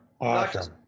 Awesome